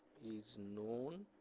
is known